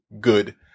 Good